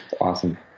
awesome